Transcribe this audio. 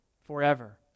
forever